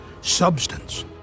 substance